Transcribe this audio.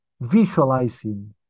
visualizing